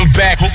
back